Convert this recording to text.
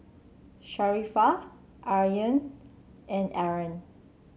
Sharifah Aryan and Aaron